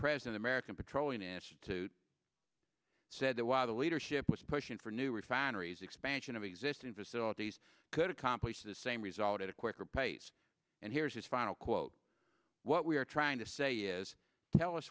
president american petroleum institute said that while the leadership was pushing for new refineries expansion of existing facilities could accomplish the same result at a quicker pace and here's his final quote what we are trying to say is tell us